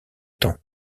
temps